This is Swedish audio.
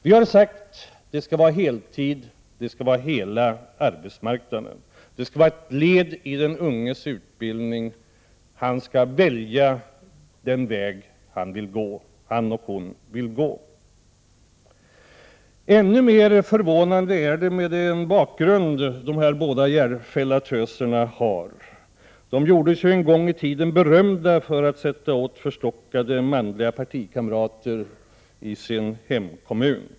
Vi har sagt att det i stället skall vara heltidsarbeten och att dessa skall finnas inom hela arbetsmarknaden. Arbetet i ungdomslag skall vara ett led i den unges utbildning — den unge skall kunna välja den väg han eller hon vill gå. Ännu mer förvånande är den förda politiken mot den bakgrund som de här båda Järfällatöserna har. De gjorde sig ju en gång i tiden berömda för att sätta åt förstockade manliga partikamrater i sin hemkommun.